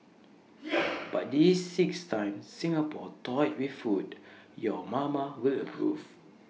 but these six times Singapore toyed with food your mama will approve